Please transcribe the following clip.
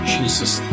Jesus